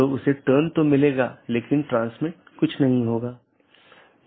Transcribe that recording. वोह इसको यह ड्रॉप या ब्लॉक कर सकता है एक पारगमन AS भी होता है